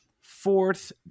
Fourth